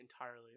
entirely